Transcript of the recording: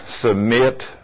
submit